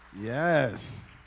Yes